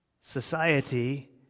society